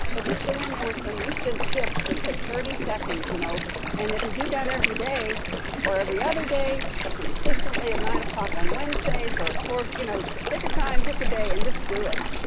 but just go in there with some instant tips that take thirty seconds. you know and if you do that every day or every other day, or consistently at nine o'clock on wednesdays or four. you know pick a time, pick a day and just do it.